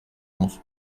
onze